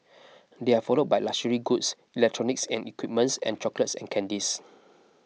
they are followed by luxury goods electronics and equipments and chocolates and candies